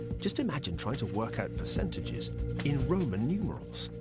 just imagine trying to work out percentages in roman numerals.